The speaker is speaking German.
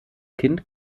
kind